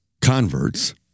converts